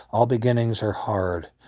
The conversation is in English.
all beginnings are hard.